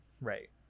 Right